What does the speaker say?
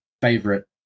favorite